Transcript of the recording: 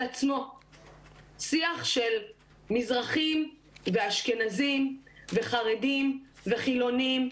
שיח של מזרחים ואשכנזים וחרדים וחילונים,